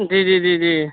جی جی جی جی